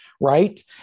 right